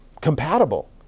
compatible